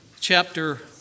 chapter